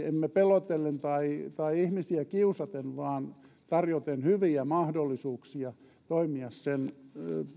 emme pelotellen tai tai ihmisiä kiusaten vaan tarjoten hyviä mahdollisuuksia toimia